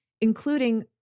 including